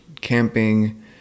camping